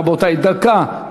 רבותי, דקה.